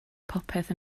popeth